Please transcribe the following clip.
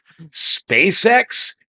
spacex